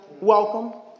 welcome